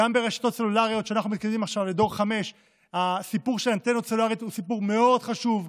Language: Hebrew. גם ברשתות סולריות שאנחנו מקימים עכשיו לדור 5. הסיפור של האנטנות הסלולריות הוא סיפור מאוד חשוב.